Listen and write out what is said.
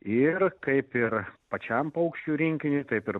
ir kaip ir pačiam paukščių rinkiniui taip ir